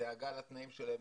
הדאגה לתנאים שלהן,